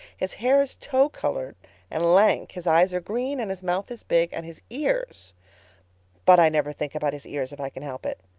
his hair is tow-color and lank, his eyes are green, and his mouth is big, and his ears but i never think about his ears if i can help it.